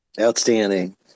Outstanding